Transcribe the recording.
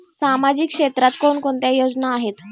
सामाजिक क्षेत्रात कोणकोणत्या योजना आहेत?